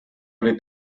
oli